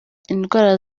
indwara